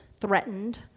threatened